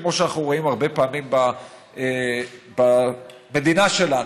כמו שאנחנו רואים הרבה פעמים במדינה שלנו.